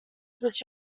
which